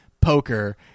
poker